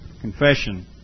confession